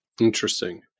Interesting